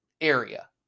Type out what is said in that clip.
area